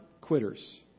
quitters